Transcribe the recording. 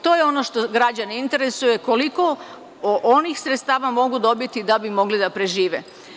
To je ono što građane interesuje – koliko onih sredstava mogu dobiti da bi mogli da prežive?